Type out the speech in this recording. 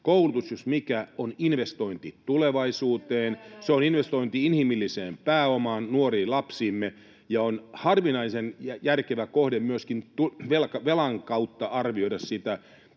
koulutus jos mikä on investointi tulevaisuuteen. [Sari Multalan välihuuto] Se on investointi inhimilliseen pääomaan, nuoriin, lapsiimme, ja on harvinaisen järkevä kohde myöskin velan kautta arvioida.